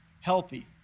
healthy